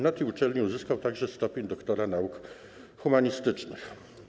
Na tej uczelni uzyskał także stopień doktora nauk humanistycznych.